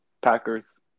Packers